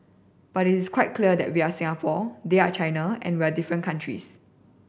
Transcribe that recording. but it is quite clear that we are Singapore they are China and we are different countries